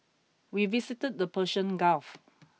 we visited the Persian Gulf